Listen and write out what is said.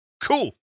cool